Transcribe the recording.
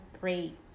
great